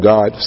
God